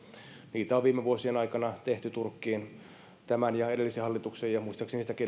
niitä on viime vuosien aikana tehty turkkiin tämän ja edellisen hallituksen ja ja muistaakseni sitäkin